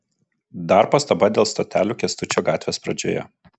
dar pastaba dėl stotelių kęstučio gatvės pradžioje